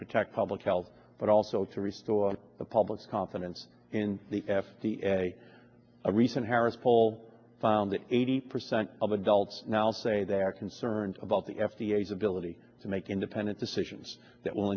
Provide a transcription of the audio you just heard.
protect public health but also to restore the public's confidence in the f d a a recent harris poll found that eighty percent of adults now say they are concerned about the f d a as ability to make independent decisions that will